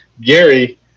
Gary